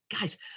Guys